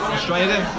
Australia